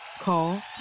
Call